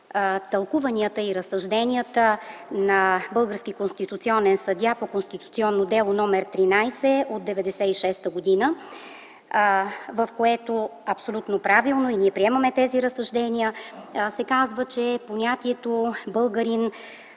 тълкуванията и разсъжденията на български конституционен съдия по к.д. 13 от 1996 г. В него абсолютно правилно, ние приемаме тези разсъждения, се казва, че понятието „българин”